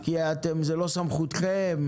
כי זו לא סמכותכם?